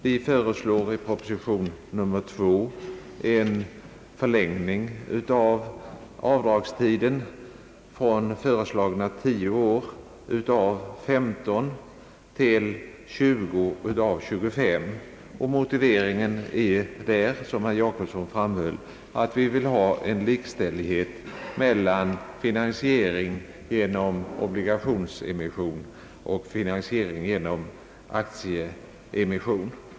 Vi föreslår i reservation nr 2 en förlängning av avdragstiden från föreslagna 10 år av 15 till 20 år av 25. Motiveringen är, som herr Gösta Jacobsson framhöll, att vi vill nå likställighet mellan finansiering genom obligationsemission och finansiering genom aktieemission.